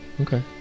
Okay